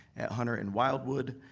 at hunter and wildwood,